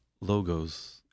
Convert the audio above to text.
logos